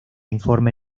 informe